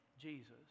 Jesus